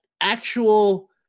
actual